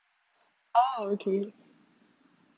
oh okay